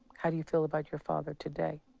how do you feel about your father today?